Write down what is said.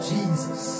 Jesus